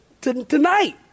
tonight